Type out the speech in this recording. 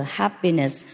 happiness